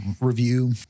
review